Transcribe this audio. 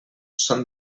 són